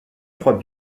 trois